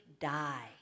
die